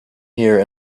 here